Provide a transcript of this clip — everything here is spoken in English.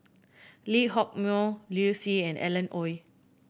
Lee Hock Moh Liu Si and Alan Oei